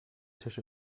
tisch